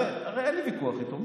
הרי אין לי ויכוח איתו.